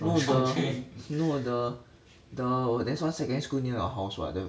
no the no the the there's one secondary school near your house [what] the